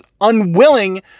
unwilling